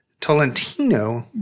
Tolentino